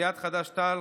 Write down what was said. סיעת חד"ש תע"ל,